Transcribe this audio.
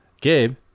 Gabe